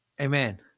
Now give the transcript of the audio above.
Amen